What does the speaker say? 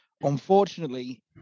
Unfortunately